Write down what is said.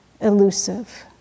elusive